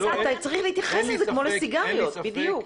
אתה צריך להתייחס לזה כמו לסיגריות, בדיוק.